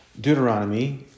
Deuteronomy